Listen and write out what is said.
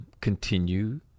Continue